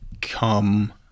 come